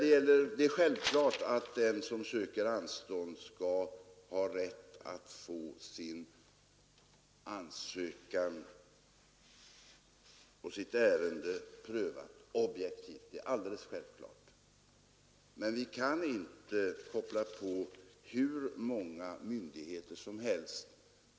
Det är alldeles självklart att den som söker anstånd skall ha rätt att få sitt ärende objektivt prövat. Men vi kan inte koppla på hur många myndigheter som helst.